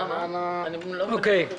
מה זה רכבת השרון?